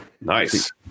Nice